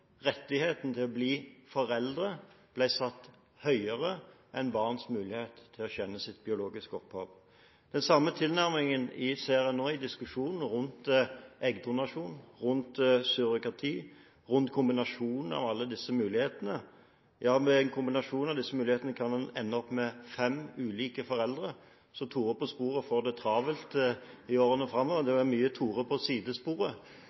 satt høyere enn barns mulighet til å kjenne sitt biologiske opphav. Den samme tilnærmingen ser en nå i diskusjonen rundt eggdonasjon og surrogati, og rundt kombinasjonen av alle disse mulighetene. Ja, med en kombinasjon av disse mulighetene kan en ende opp med fem ulike foreldre, så «Tore på sporet» får det travelt i årene framover. Det blir vel mye «Tore på sidesporet»!